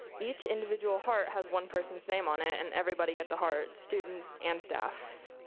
each individual heart has one person's name on it and everybody gets a heart, students and staff.